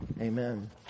Amen